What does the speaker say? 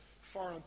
foreign